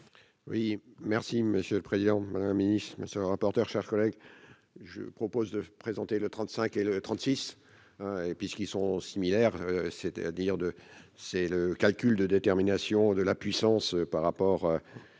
Oui merci monsieur le président, madame la ministre, monsieur le rapporteur, chers collègues, je propose de présenter le trente-cinq et le trente-six et puisqu'ils sont similaires, c'est-à-dire de c'est le calcul de détermination de la puissance par rapport